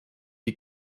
die